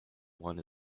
one